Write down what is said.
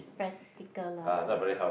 practical lah